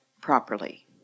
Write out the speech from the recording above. properly